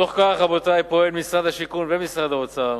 בתוך כך, רבותי, פועלים משרד השיכון ומשרד האוצר